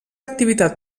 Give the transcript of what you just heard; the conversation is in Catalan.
activitat